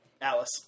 Alice